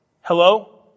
Hello